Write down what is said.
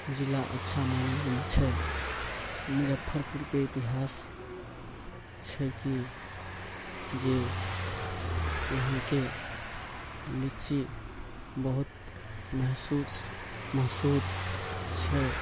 जिला अच्छा मानल गेल छै मुजफ्फरपुरके इतिहास छै कि जे यहाँके लीची बहुत महसूस मशहूर छै